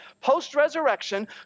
post-resurrection